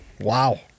Wow